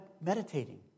meditating